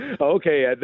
Okay